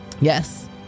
Yes